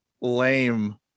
lame